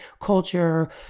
culture